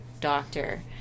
doctor